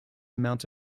amount